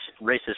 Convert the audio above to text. racist